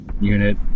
unit